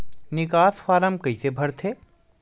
निकास फारम कइसे भरथे?